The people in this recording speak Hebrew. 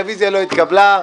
הרביזיה לא התקבלה.